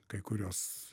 kai kurios